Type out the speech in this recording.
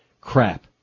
crap